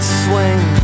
swing